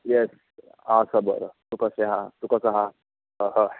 येस हांव आसा बरो तूं कसो आसा तूं कसो आसा हय